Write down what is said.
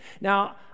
Now